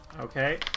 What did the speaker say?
Okay